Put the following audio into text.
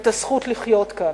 את הזכות לחיות כאן,